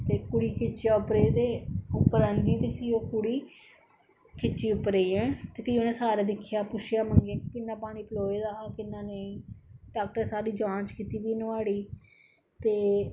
ते कुड़ी गी खिच्चेआ उप्परा गी ते कुड़ी उप्पर आंदी ते कुड़ी खिच्ची उप्परे गी हैं फ्ही उनें सारा दिक्खेआ पुच्छेआ मंगेआ किन्ना पानी पिलोऐ दा हा किन्ना नेईं डाॅक्टर सारी जाॅच कीती फ्ही नुआढ़ी ते